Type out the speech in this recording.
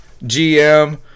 GM